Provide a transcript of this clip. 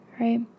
Right